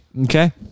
Okay